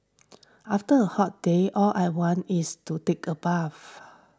after a hot day all I want is to take a bath